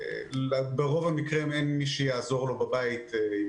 ברוב המקרים אין מי שיעזור לו בבית עם